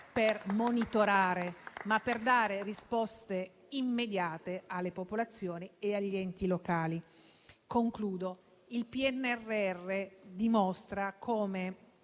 per monitorare, ma anche per dare risposte immediate alle popolazioni e agli enti locali. Concludo. Il PNNR dimostra come